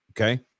okay